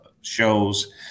shows